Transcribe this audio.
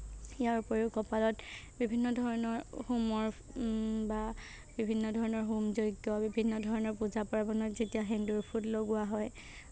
ইয়াৰ উপৰিও কপালত বিভিন্ন ধৰণৰ হোমৰ বা বিভিন্ন ধৰণৰ হোম যজ্ঞ বিভিন্ন ধৰণৰ পূজা পাৰ্বণৰ যেতিয়া সেন্দুৰ ফোঁট লগোৱা হয়